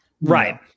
Right